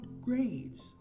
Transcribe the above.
grades